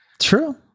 True